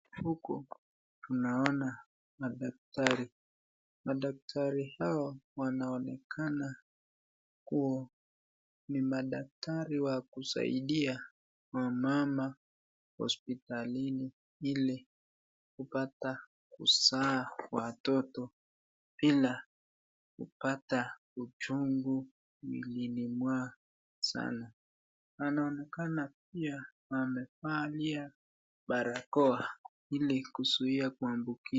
Huku naona madaktari, madaktari hawa wanaonekana kuwa ni madaktari wa kusaidia wamama hospitalini ili kupata kuzaa watoto bila kupata uchungu mwilini mwao sana, wanaonekana pia wamevalia barakoa ili kuzuia kuambukizwa.